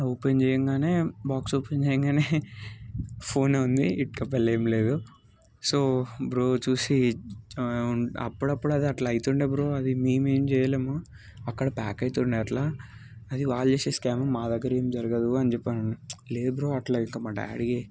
open చేయగానే box open చేయగానే ఫోనే ఉంది ఇదితప్ప ఏం లేదు సో బ్రో చూసి అప్పుడప్పుడు అది అట్లా అయితుండే బ్రో అది మేము ఏం చేయలేము అక్కడ ప్యాక్ అయితుండే అట్లా అది వాళ్ళు చేసే స్కామ్ మా దగ్గర ఏం జరగదు అని చెప్పి అన్నాడు లేదు బ్రో అట్లేం కాదు మా డాడీ